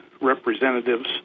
representatives